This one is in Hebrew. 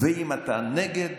ואם אתה נגד,